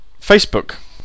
Facebook